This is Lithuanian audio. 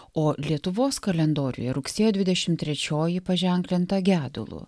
o lietuvos kalendoriuje rugsėjo dvidešim trečioji paženklinta gedulu